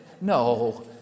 No